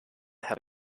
have